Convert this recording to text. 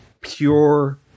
pure